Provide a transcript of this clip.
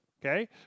okay